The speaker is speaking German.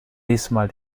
diesmal